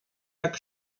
jak